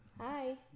Hi